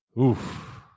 Oof